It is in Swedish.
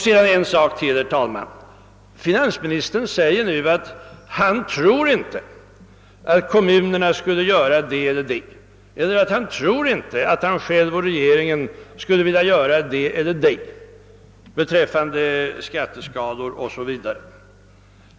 Sedan sade finansministern att han inte tror att kommunerna skulle göra det eller det. Han tror inte heller att han själv eller regeringen skulle göra det eller det när det gäller skatteskalorna etc.